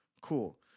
Cool